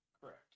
Correct